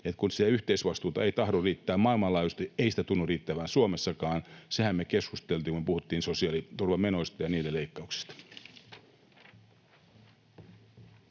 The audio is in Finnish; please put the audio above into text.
sitä yhteisvastuuta ei tahdo riittää maailmanlaajuisesti, niin ei sitä tunnu riittävän Suomessakaan. Sehän me keskusteltiin, kun me puhuttiin sosiaaliturvamenoista ja niiden leikkauksista.